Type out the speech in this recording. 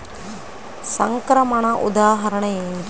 సంక్రమణ ఉదాహరణ ఏమిటి?